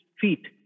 feet